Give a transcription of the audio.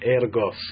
ergos